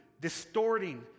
distorting